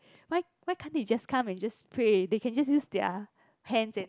why why can't they just come and just pray they can just use their hands and